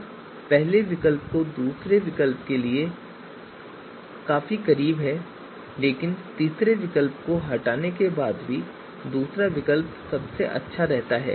अब पहले विकल्प का स्कोर दूसरे विकल्प के लिए हमारे पास काफी करीब है लेकिन तीसरे विकल्प को हटाने के बाद भी दूसरा विकल्प सबसे अच्छा रहता है